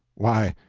why,